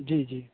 जी जी